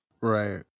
right